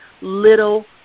little